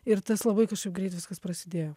ir tas labai greit viskas prasidėjo